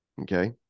Okay